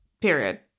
Period